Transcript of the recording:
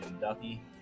Ducky